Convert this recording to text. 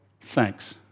thanks